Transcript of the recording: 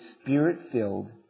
spirit-filled